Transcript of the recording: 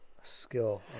skill